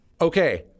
Okay